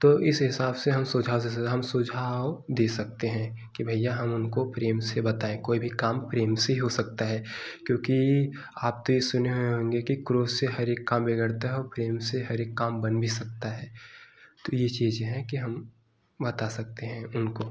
तो इस हिसाब से हम सुझाव हम सुझाव दे सकते हैं कि भाइया हम उनको प्रेम से बताएँ कोई भी काम प्रेम से ही हो सकता है क्योंकि आप तो ये सुने ही होंगे कि क्रोध से हर एक काम बिगड़ता है और प्रेम से हर एक बन भी सकता है तो ये चीज है कि हम बता सकते हैं इनको